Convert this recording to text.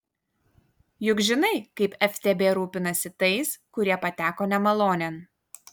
juk žinai kaip ftb rūpinasi tais kurie pateko nemalonėn